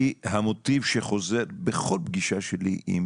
היא המוטיב שחוזר בכל פגישה שלי עם